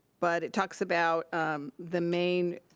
but it talks about the main,